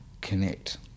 connect